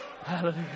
Hallelujah